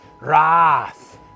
wrath